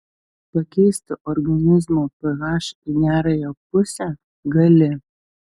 pakeisti organizmo ph į gerąją pusę gali